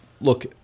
look